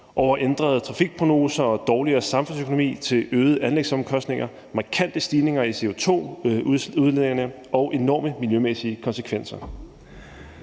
over ændrede trafikprognoser og dårligere samfundsøkonomi til øgede anlægsomkostninger, markante stigninger i CO2-udledningerne og enorme miljømæssige konsekvenser.